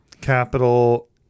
capital